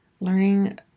learning